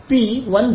P 1